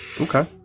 Okay